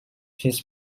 his